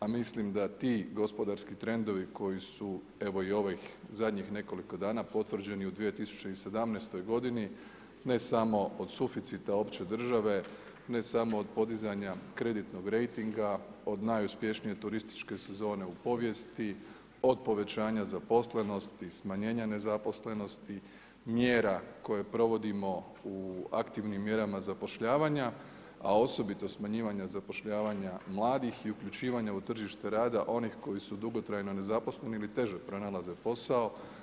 A mislim da ti gospodarski trendovi, koji su, evo i ovih zadnjih nekoliko dana, potvrđeni u 2017. g. ne samo od suficita opće države, ne samo od podizanja kreditnog rejtinga, od najuspješnije turističke sezone u povijesti, od povećanja zaposlenosti, smanjenja nezaposlenosti, mjera koje provodimo u aktivnim mjerama zapošljavanja, a osobito smanjivanje zapošljavanje mladih i uključivanje u tržište rada, onih koji su dugotrajno nezaposleni ili teže pronalaze posao.